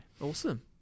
Awesome